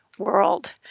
world